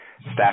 staff